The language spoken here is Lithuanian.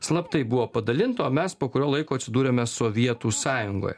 slaptai buvo padalinta o mes po kurio laiko atsidūrėme sovietų sąjungoje